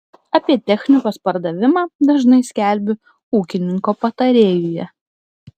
apie technikos pardavimą dažnai skelbiu ūkininko patarėjuje